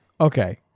Okay